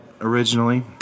originally